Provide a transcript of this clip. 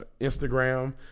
Instagram